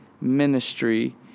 ministry